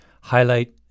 highlight